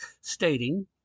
stating